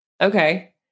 Okay